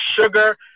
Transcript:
sugar